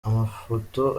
amafoto